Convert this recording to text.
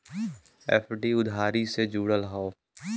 FD उधारी से जुड़ल हौ